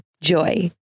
Joy